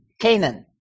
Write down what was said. Canaan